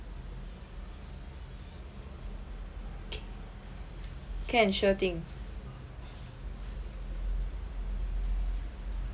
can sure thing